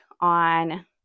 on